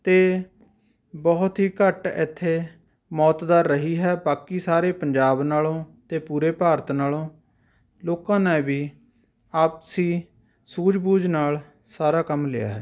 ਅਤੇ ਬਹੁਤ ਹੀ ਘੱਟ ਇੱਥੇ ਮੌਤ ਦਰ ਰਹੀ ਹੈ ਬਾਕੀ ਸਾਰੇ ਪੰਜਾਬ ਨਾਲੋਂ ਅਤੇ ਪੂਰੇ ਭਾਰਤ ਨਾਲੋਂ ਲੋਕਾਂ ਨੇ ਵੀ ਆਪਸੀ ਸੂਝ ਬੂਝ ਨਾਲ ਸਾਰਾ ਕੰਮ ਲਿਆ ਹੈ